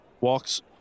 walks